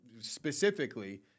specifically